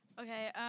okay